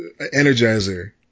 Energizer